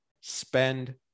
spend